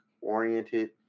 oriented